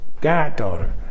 goddaughter